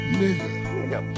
nigga